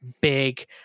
big